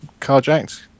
carjacked